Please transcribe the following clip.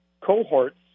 cohorts